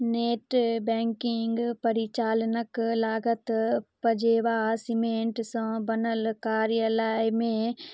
net banking परिचालनक लागत पजेबा सीमेंटसँ बनल कार्यालयमे